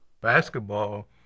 Basketball